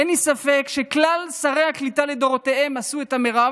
אין לי ספק שכלל שרי הקליטה לדורותיהם עשו את המרב,